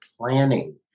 planning